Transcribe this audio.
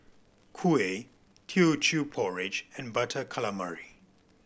kuih Teochew Porridge and Butter Calamari